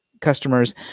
customers